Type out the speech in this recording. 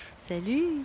salut